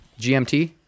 GMT